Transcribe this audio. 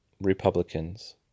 Republicans